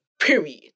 period